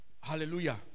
Hallelujah